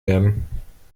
werden